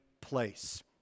place